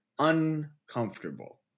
Uncomfortable